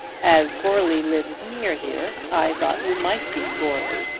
as goarly lives near here i thought you might be goarly.